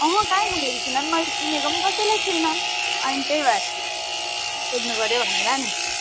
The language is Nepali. कहीँ घुमेको छुइनँ नि मैले त चिनेको कसैलाई छुइनँ अनि त्यही भएर सोध्नु पऱ्यो भनेर नि